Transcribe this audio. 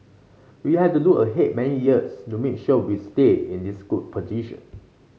we have to look ahead many years to make sure we stay in this good position